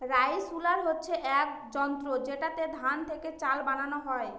rice huller হচ্ছে এক যন্ত্র যেটাতে ধান থেকে চাল বানানো হয়